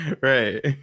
Right